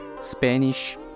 Spanish